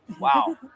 Wow